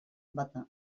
bata